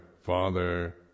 father